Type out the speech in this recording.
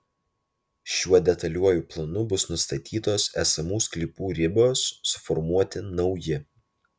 šiuo detaliuoju planu bus nustatytos esamų sklypų ribos suformuoti nauji